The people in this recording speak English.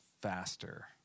faster